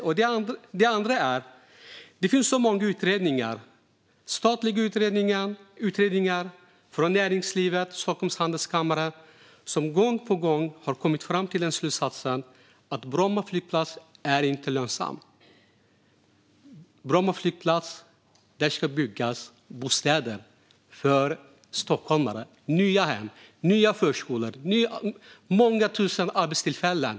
För det andra har så många utredningar - statliga utredningar, från näringslivet och från Stockholms handelskammare - gång på gång kommit fram till slutsatsen att Bromma flygplats inte är lönsam. På Bromma flygplats ska det byggas bostäder för stockholmare - nya hem, nya förskolor, många tusen arbetstillfällen.